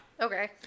Okay